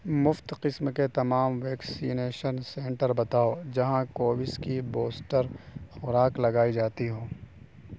مفت قسم کے تمام ویکسینیشن سنٹر بتاؤ جہاں کووڈ کی بوسٹر خوراک لگائی جاتی ہو